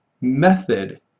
method